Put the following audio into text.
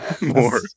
more